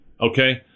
okay